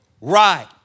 right